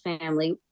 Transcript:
family